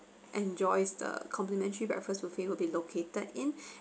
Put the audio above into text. enjoys the complimentary breakfast buffet will be located in